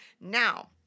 Now